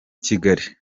kigali